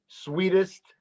sweetest